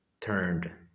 turned